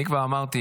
אני כבר אמרתי,